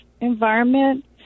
environment